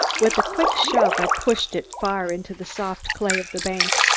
with a quick shove i pushed it far into the soft clay of the bank,